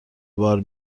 بار